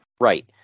Right